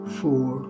four